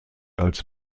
als